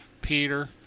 Peter